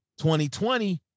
2020